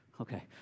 Okay